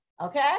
Okay